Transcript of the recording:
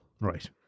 Right